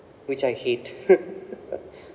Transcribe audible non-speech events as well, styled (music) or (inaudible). which I hate (laughs)